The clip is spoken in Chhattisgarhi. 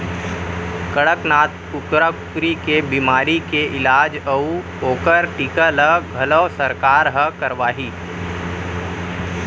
कड़कनाथ कुकरा कुकरी के बेमारी के इलाज अउ ओकर टीका ल घलौ सरकार हर करवाही